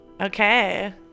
okay